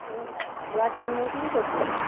ଉଁ black and white ବି କରୁଛନ୍ତି